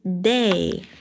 day